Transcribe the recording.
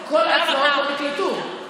כל ההצבעות לא נקלטו.